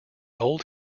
old